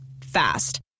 Fast